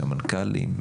סמנכ"לים,